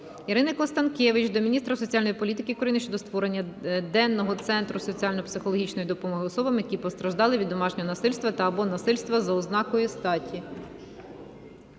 Ірини Констанкевич до міністра соціальної політики України щодо створення денного центру соціально-психологічної допомоги особам, які постраждали від домашнього насильства та/або насильства за ознакою статі.